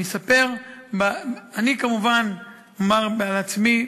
אני אספר אני כמובן אומר על עצמי,